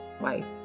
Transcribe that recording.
wife